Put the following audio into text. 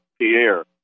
Pierre